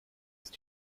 ist